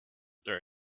there